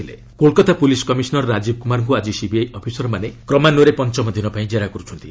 CBI Kolkata PC Kolkata police commissioner Rajiv କୁମାରଙ୍କୁ ଆଜି CBI ଅଫିସରମାନେ କ୍ରମାନ୍ୱୟରେ ପଞ୍ଚମ ଦିନ ପାଇଁ ଜେରା କରୁଛନ୍ତି